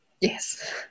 Yes